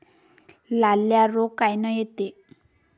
लाल्या रोग कायनं येते?